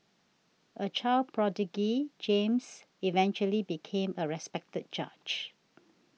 a child prodigy James eventually became a respected judge